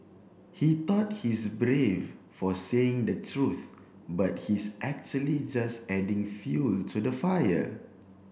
he thought he's brave for saying the truth but he's actually just adding fuel to the fire